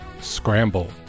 Scramble